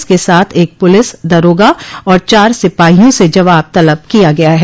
इसके साथ एक पुलिस दरोगा और चार सिपाहियों से जवाब तलब किया गया है